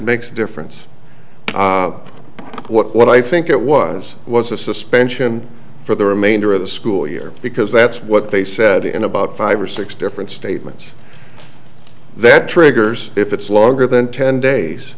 makes a difference what i think it was was a suspension for the remainder of the school year because that's what they said in about five or six different statements that triggers if it's longer than ten days